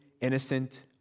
innocent